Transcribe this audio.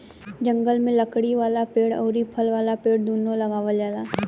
जंगल में लकड़ी वाला पेड़ अउरी फल वाला पेड़ दूनो लगावल जाला